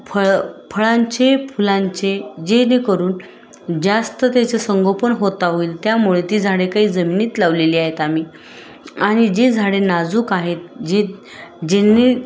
फळं फळांचे फुलांचे जेणेकरून जास्त त्याचे संगोपन होता होईल त्यामुळे ती झाडे काही जमिनीत लावलेली आहेत आम्ही आणि जे झाडे नाजूक आहेत जे ज्यांनी